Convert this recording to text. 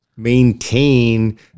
maintain